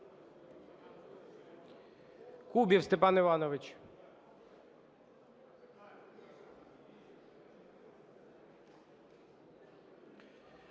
Кубів Степан Іванович.